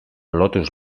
lotus